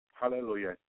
Hallelujah